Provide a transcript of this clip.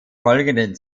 folgenden